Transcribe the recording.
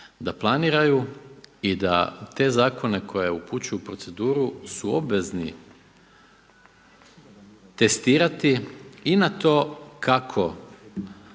da planiraju i da te zakone koje upućuju u proceduru su obvezni testirati i na to kako